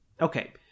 Okay